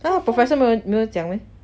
那个 professor 没有讲 meh